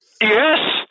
yes